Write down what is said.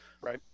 right